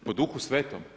Po Duhu Svetom?